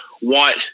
want